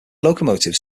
locomotives